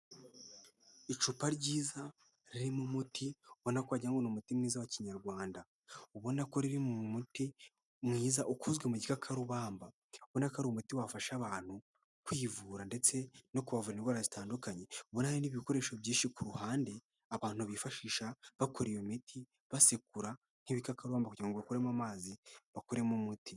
Icupa ryiza ririmo umuti ubona ko wagira ni umuti mwiza wa kinyarwanda . Ubona ko ririmo umuti mwiza ukozwe mu gikakarubamba. Ubona ko ari umuti wafasha abantu kwivura ndetse no kuvura indwara zitandukanye uburaya n'ibikoresho byinshi ku ruhande abantu bifashisha bakora iyo miti basekura nk'ibikakazwa kugira ngo bakuremo amazi bakuremo umuti.